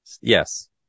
Yes